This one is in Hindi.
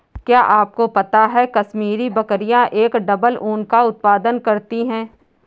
क्या आपको पता है कश्मीरी बकरियां एक डबल ऊन का उत्पादन करती हैं?